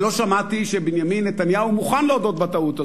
ולא שמעתי שבנימין נתניהו מוכן להודות בטעות הזאת.